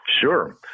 Sure